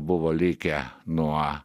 buvo likę nuo